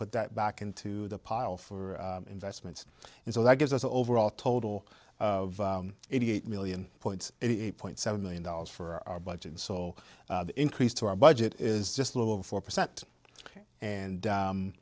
put that back into the pile for investments and so that gives us an overall total of eighty eight million points eight point seven million dollars for our budget so increase to our budget is just a little over four percent and